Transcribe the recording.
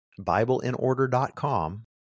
BibleInOrder.com